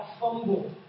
fumble